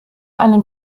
einen